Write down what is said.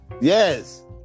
yes